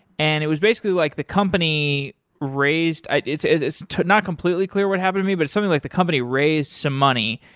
and it was basically like the company raised it's it's not completely clear what happened to me, but it's something, like the company raised some money.